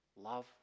Love